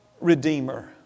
Redeemer